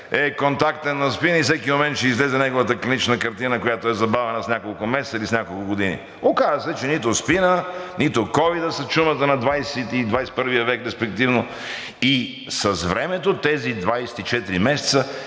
е контактен на СПИН и всеки момент ще излезе неговата клинична картина, която е забавена с няколко месеца или с няколко години. Оказа се, че нито СПИН-ът, нито ковидът са чумата на XX и XXI век респективно. И с времето през 24 месеца